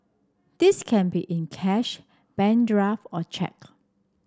this can be in cash bank draft or cheque